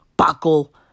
Buckle